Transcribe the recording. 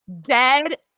Dead